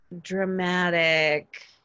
dramatic